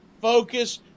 focus